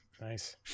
Nice